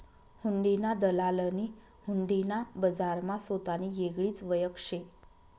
हुंडीना दलालनी हुंडी ना बजारमा सोतानी येगळीच वयख शे